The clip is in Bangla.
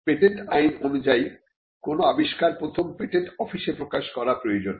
পেটেন্ট আইন অনুযায়ী কোন আবিষ্কার প্রথমে পেটেন্ট অফিসে প্রকাশ করা প্রয়োজন